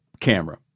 camera